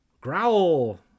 Growl